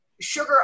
sugar